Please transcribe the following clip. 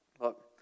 Look